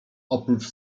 prócz